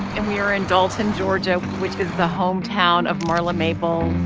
and we're in dalton, georgia, which is the hometown of marla maples.